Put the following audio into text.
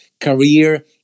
career